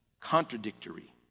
contradictory